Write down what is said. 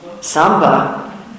Samba